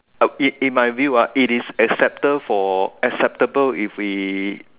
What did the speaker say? uh it it might be what it is accepted for acceptable if we